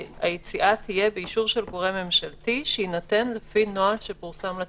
היציאה תהיה באישור של גורם ממשלתי שיינתן לפי נוהל שפורסם לציבור.